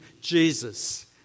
Jesus